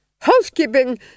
Housekeeping